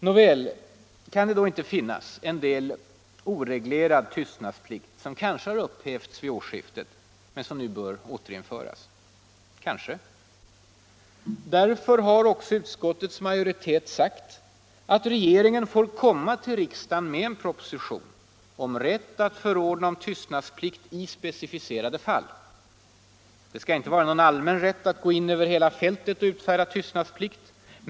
Nåväl, men kan det då inte finnas en del oreglerad tystnadsplikt som kanske har upphävts vid årsskiftet men som nu bör återinföras? Jo, kanske det. Därför har också utskottets majoritet sagt att regeringen får komma till riksdagen med en proposition om rätt att förordna om tystnadsplikt i specificerade fall. Det skall inte vara någon allmän rätt att gå in över hela fältet och utfärda tystnadsplikt.